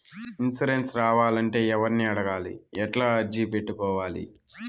Insurance రావాలంటే ఎవర్ని అడగాలి? ఎట్లా అర్జీ పెట్టుకోవాలి?